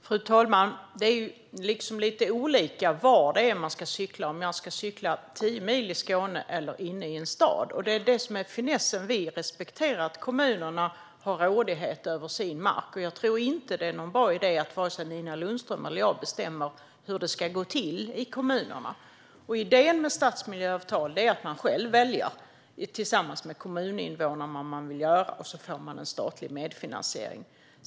Fru talman! Det är lite olika beroende på var jag ska cykla - om jag ska cykla tio mil i Skåne eller inne i en stad. Det är det som är finessen. Vi respekterar att kommunerna har rådighet över sin mark. Jag tror inte att det är någon bra idé att vare sig Nina Lundström eller jag bestämmer hur det ska gå till i kommunerna. Idén med stadsmiljöavtal är att man själv väljer, tillsammans med kommuninvånarna, vad man vill göra, och så får man en statlig medfinansiering.